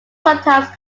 sometimes